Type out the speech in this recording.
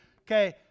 Okay